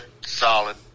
solid